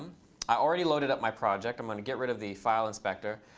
i already loaded up my project. i'm going to get rid of the file inspector.